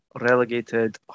relegated